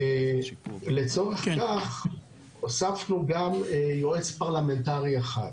לצורך כך הוספנו גם יועץ פרלמנטרי אחד,